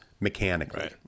mechanically